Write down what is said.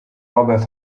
robert